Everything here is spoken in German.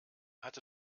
hatte